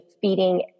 Feeding